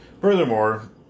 furthermore